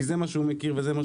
כי זה מה שהוא מכיר ויודע.